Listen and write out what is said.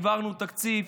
העברנו תקציב.